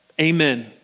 Amen